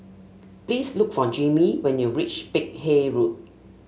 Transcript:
please look for Jimmy when you reach Peck Hay Road